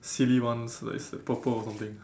silly ones like purple or something